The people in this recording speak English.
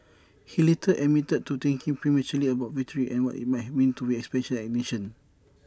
he later admitted to thinking prematurely about victory and what IT might mean to his expectant nation